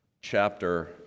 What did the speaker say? chapter